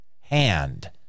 hand